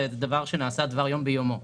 זה נעשה דבר יום ביומו.